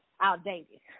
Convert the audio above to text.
outdated